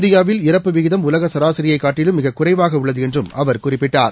இந்தியாவில் இறப்பு விகிதம் உலக சராசியை காட்டிலும் மிக குறைவாக உள்ளது என்றும் அவர் குறிப்பிட்டார்